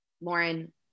Lauren